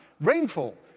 rainfall